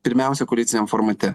pirmiausia koaliciniam formate